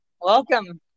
welcome